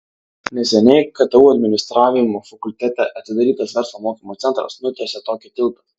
neseniai ktu administravimo fakultete atidarytas verslo mokymo centras nutiesė tokį tiltą